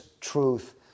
truth